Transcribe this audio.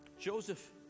Joseph